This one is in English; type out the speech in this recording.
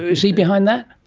is he behind that?